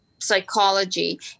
psychology